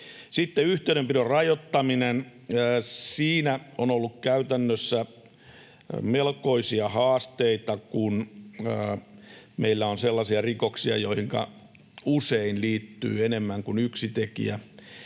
yhteydenpidon rajoittaminen: Siinä on ollut käytännössä melkoisia haasteita, kun meillä on sellaisia rikoksia, joihinka usein liittyy enemmän kuin yksi tekijä,